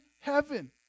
heaven